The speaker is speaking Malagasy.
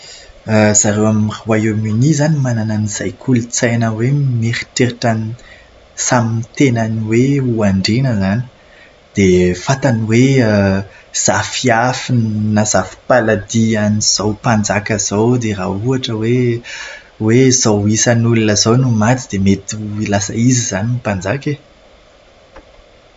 Zareo amin'ny Royaume-Uni izany manana an'izay kolotsaina hoe mieritreritra ny samy tenany hoe andriana izany. Dia fantany hoe zafiafy na zafimpaladian'izao mpanjaka izao dia ohatra hoe hoe izao isan'olona izao no maty dia mety ho lasa izy izany no mpanjaka e.